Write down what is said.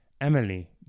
Emily